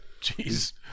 Jeez